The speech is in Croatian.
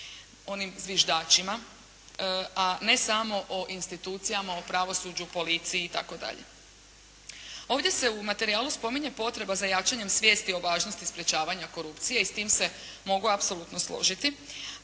onim zviždačima, a ne samo o institucijama, o pravosuđu, policiji itd. Ovdje se u materijalu spominje potreba za jačanjem svijesti o važnosti sprječavanja korupcije i s tim se mogu apsolutno složiti,